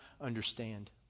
understand